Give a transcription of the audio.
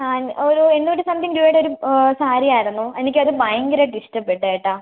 ആ ഒരു എണ്ണൂറ്റി സംതിംഗ് രൂപയുടെ ഒരു സാരി ആയിരുന്നു എനിക്ക് അത് ഭയങ്കരമായി ഇഷ്ടപ്പെട്ടു കേട്ടോ